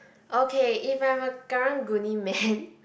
okay if I'm a Karang-Guni man